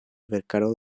verkaro